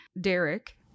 Derek